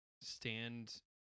Stand